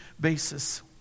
basis